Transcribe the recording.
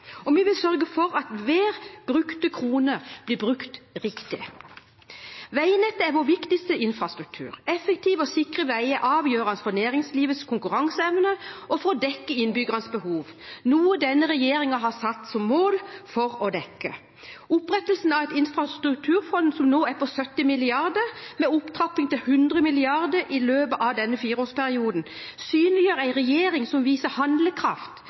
og vi vil sørge for at hver krone brukt blir brukt riktig. Veinettet er vår viktigste infrastruktur. Effektive og sikre veier er avgjørende for næringslivets konkurranseevne og for å dekke innbyggernes behov, noe denne regjeringen har satt seg som mål å sikre. Opprettelsen av et infrastrukturfond som nå er på 70 mrd. kr, med opptrapping til 100 mrd. kr i løpet av denne fireårsperioden, synliggjør en regjering som viser handlekraft